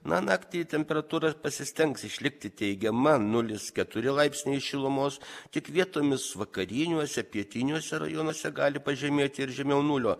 na naktį temperatūra pasistengs išlikti teigiama nulis keturi laipsniai šilumos tik vietomis vakariniuose pietiniuose rajonuose gali pažemėti ir žemiau nulio